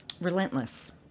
relentless